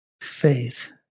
Faith